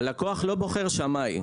הלקוח לא בוחר שמאי,